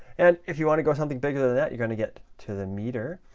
and if you want to go something bigger than that, you're going to get to the meter,